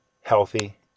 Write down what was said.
healthy